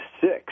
six